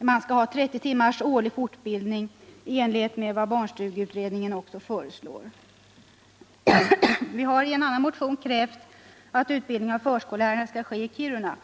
ges rätt till 30 timmars årlig fortbildning i enlighet med vad barnstugeutredningen också föreslagit. Vpk har i en annan motion krävt att utbildning av förskollärare skall ske i Kiruna.